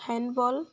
handball